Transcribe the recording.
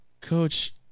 Coach